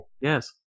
Yes